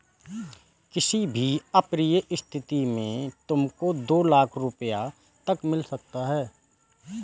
किसी भी अप्रिय स्थिति में तुमको दो लाख़ रूपया तक मिल सकता है